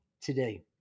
today